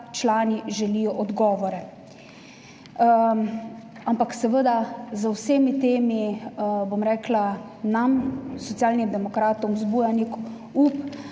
člani želijo odgovore. Ampak, seveda z vsemi temi, bom rekla, nam Socialnim demokratom vzbuja nek up,